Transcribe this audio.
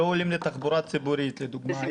לא עולים לתחבורה ציבורית לדוגמה.